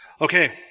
Okay